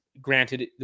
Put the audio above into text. granted